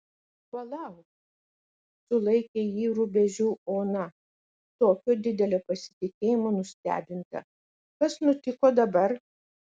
palauk sulaikė jį rubežių ona tokio didelio pasitikėjimo nustebinta kas nutiko dabar